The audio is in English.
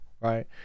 right